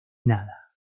nada